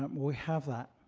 um we have that.